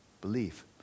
belief